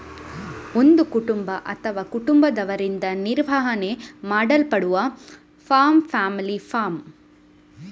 ಒಂದು ಕುಟುಂಬ ಅಥವಾ ಕುಟುಂಬದವರಿಂದ ನಿರ್ವಹಣೆ ಮಾಡಲ್ಪಡುವ ಫಾರ್ಮ್ ಫ್ಯಾಮಿಲಿ ಫಾರ್ಮ್